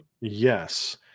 Yes